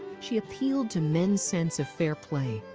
she appeal to men's sense of fair play,